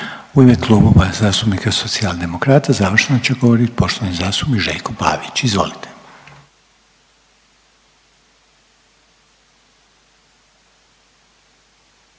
U ime Klubova zastupnika Socijaldemokrata završno će govoriti poštovani zastupnik Željko Pavić. Izvolite.